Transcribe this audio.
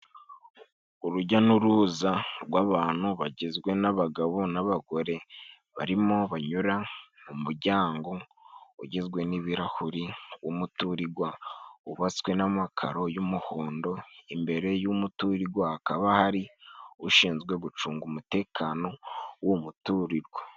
Urujya n'uruza rw'abantu bagizwe n'abagabo n'abagore barimo banyura mu mujyango ugizwe n'ibirahuri. Uwo muturigwa wubatswe n'amakaro y'umuhondo, imbere y'umuturigwa hakaba hari ushinzwe gucunga umutekano w'uwo muturigwa.